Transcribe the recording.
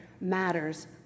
matters